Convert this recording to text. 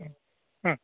മ്